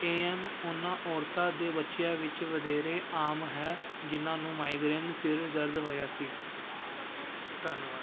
ਏ M ਉਹਨਾਂ ਔਰਤਾਂ ਦੇ ਬੱਚਿਆਂ ਵਿੱਚ ਵਧੇਰੇ ਆਮ ਹੈ ਜਿਨ੍ਹਾਂ ਨੂੰ ਮਾਈਗ੍ਰੇਨ ਸਿਰ ਦਰਦ ਹੋਇਆ ਸੀ ਧੰਨਵਾਦ